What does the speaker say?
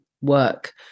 work